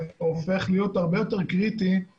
הופך להיות הרבה יותר קריטי בעת הזו.